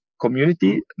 community